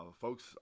Folks